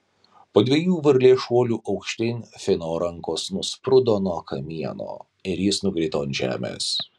po dviejų varlės šuolių aukštyn fino rankos nusprūdo nuo kamieno ir jis nukrito ant žemės